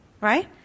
Right